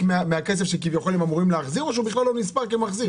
מהכסף שכביכול הם אמורים להחזיר או שהוא בכלל לא נספר כמחזיר?